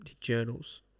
journals